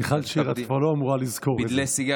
מיכל שיר, את כבר לא אמורה לזכור את זה.